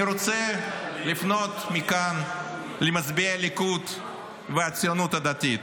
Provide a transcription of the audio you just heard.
אני רוצה לפנות מכאן למצביעי הליכוד והציונות הדתית: